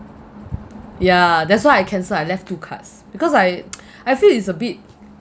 ya that's why I cancelled I left two cards because I I feel it's a bit